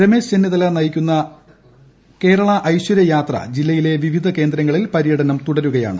രമേശ് ചെന്നിത്തല നയിക്കുന്ന കേരള ഐശ്വരിച്ചു യാത്ര ജില്ലയിലെ വിവിധ കേന്ദ്രങ്ങളിൽ പരൃടനം തുടരുക്യാണ്